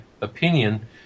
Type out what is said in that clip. opinion